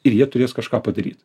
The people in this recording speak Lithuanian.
ir jie turės kažką padaryt